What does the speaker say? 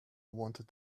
wanted